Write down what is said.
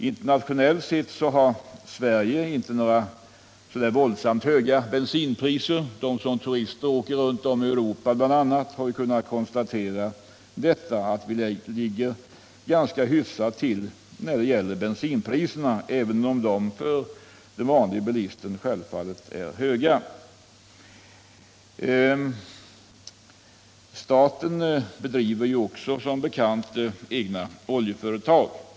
Internationellt sett har Sverige inte några särskilt höga bensinpriser. De som har rest som turister runt om i Europa har kunnat konstatera att Sverige ligger ganska bra till när det gäller bensinpriserna, även om dessa för den vanlige bilisten självfallet är höga. Staten driver som bekant egna oljeföretag.